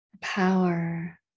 power